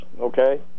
okay